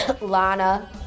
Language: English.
Lana